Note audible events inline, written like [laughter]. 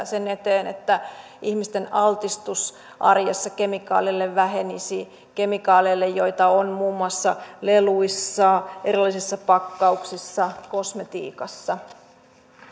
[unintelligible] sen eteen että ihmisten altistus arjessa kemikaaleille vähenisi kemikaaleille joita on muun muassa leluissa erilaisissa pakkauksissa ja kosmetiikassa